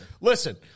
listen